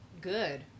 good